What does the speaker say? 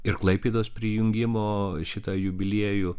ir klaipėdos prijungimo šitą jubiliejų